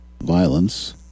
violence